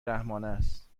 رحمانست